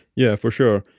yeah, for sure.